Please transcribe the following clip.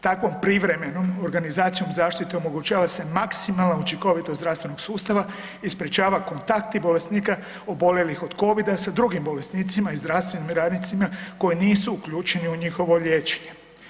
Takovom privremenom organizacijom zaštite omogućava se maksimalna učinkovitost zdravstvenog sustava i sprječavaju kontakti bolesnika oboljelih od Covida sa drugim bolesnicima i zdravstvenim radnicima koji nisu uključeni u njihovo liječenje.